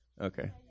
Okay